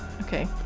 Okay